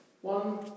One